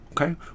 okay